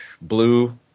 blue